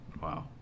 Wow